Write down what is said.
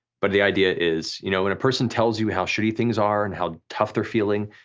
but the idea is you know when a person tells you how shitty things are and how tough they're feeling,